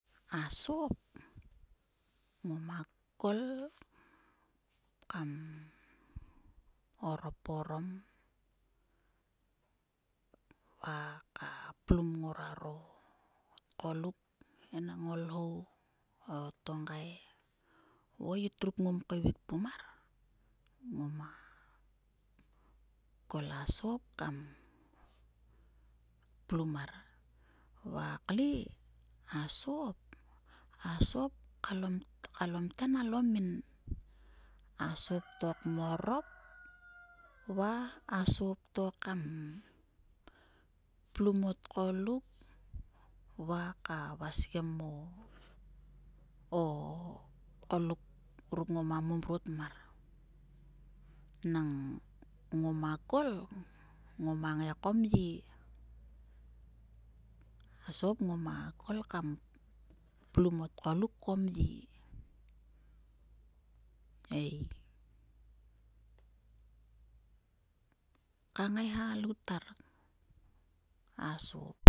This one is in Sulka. Asop ngoma kol kam orop orom va kam plum nguaro ihou o tonga. o yit, ruk ngoma kol a sop kam plum mar. Va kle a sop na sop kalo myen alomin a sop to kmorop va a sop to kam plum o tgoluk va vasgem o tgoluk ruk ngoma momrat pmar. Nang ngoma kol ngoma ngai ko mye. A sop ngoma kol kam plum o tgoluk ko mye ei ka ngai ha a loutar a sop.